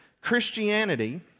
Christianity